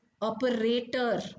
operator